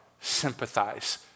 sympathize